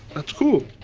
that's cool.